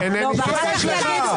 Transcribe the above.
דמוקרטיה?